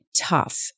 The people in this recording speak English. Tough